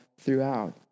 throughout